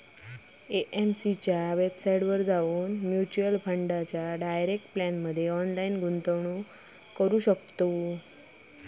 AMC च्या वेबसाईटवर जाऊन म्युच्युअल फंडाच्या डायरेक्ट प्लॅनमध्ये ऑनलाईन गुंतवणूक करू शकताव